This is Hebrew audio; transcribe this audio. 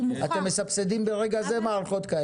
אתם מסבסדים ברגע זה מערכות כאלה.